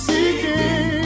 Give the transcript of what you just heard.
Seeking